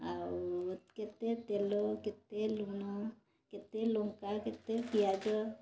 ଆଉ କେତେ ଲୁଣ କେତେ ଲଙ୍କା କେତେ ପିଆଜ